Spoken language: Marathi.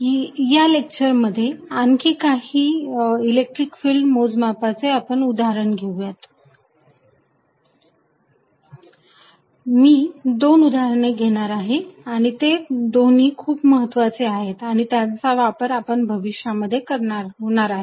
तर या लेक्चरमध्ये आपण काही आणखी इलेक्ट्रिक फिल्ड मोजमापाचे उदाहरणे घेऊयात मी दोन उदाहरणे घेणार आहे आणि ते दोन्ही खूप महत्त्वाचे आहेत आणि त्यांचा वापर भविष्यामध्ये होणार आहे